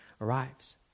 arrives